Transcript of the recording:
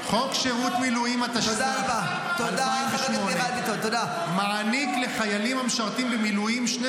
חבר הכנסת מיכאל ביטון, תן לו לסיים שנייה.